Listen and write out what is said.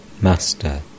Master